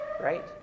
right